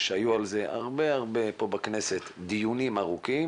והיו עליו בכנסת דיונים רבים וארוכים,